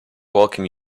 welcome